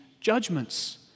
judgments